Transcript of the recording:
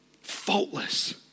Faultless